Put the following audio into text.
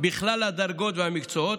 בכלל הדרגות והמקצועות.